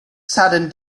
saturn